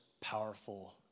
powerful